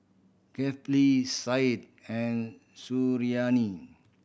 Kefli Said and Suriani